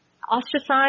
Ostracized